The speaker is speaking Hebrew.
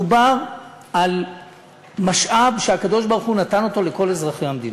מדובר במשאב שהקדוש-ברוך-הוא נתן לכל אזרחי המדינה.